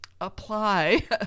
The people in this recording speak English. apply